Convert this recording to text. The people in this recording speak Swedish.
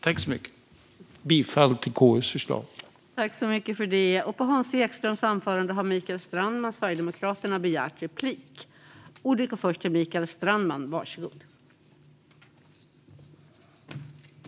Jag yrkar bifall till KU:s förslag i betänkandet.